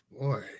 boy